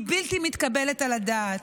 היא בלתי מתקבלת על הדעת.